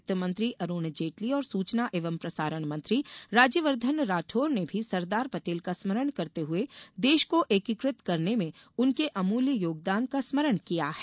वित्त मंत्री अरूण जेटली और सूचना एवं प्रसारण मंत्री राज्यवर्धन राठोर ने भी सरदार पटेल का स्मरण करते हुए देश को एकीकृत करने में उनके अमूल्य योगदान का स्मरण किया है